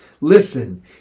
Listen